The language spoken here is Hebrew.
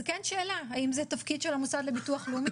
זו כן שאלה, האם זה תפקיד של המוסד לביטוח לאומי.